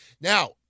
Now